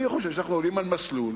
אני חושב שאנחנו עולים על מסלול